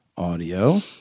audio